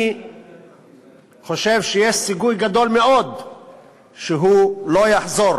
ואני חושב שיש סיכוי גדול מאוד שהוא לא יחזור.